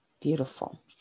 Beautiful